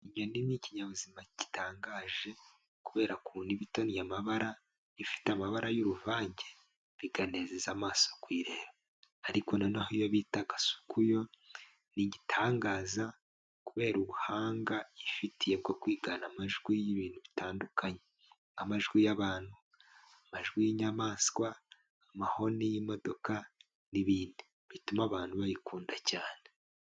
Inyoni ni ikinyabuzima gitangaje kubera ukuntu iba ifite amabara, ifite amabara y'uruvange bikanezeza amaso kuyireba, ariko noneho iyo bitaga gasuku yo ni igitangaza kubera ubuhanga yifitiye bwo kwigana amajwi y'ibintu bitandukanye amajwi y'abantu, amajwi y'inyamaswa, amahoni y'imodoka n'ibindi. Bituma abantu bayikunda cyane.